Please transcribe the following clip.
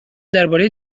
درباره